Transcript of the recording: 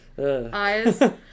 eyes